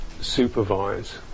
supervise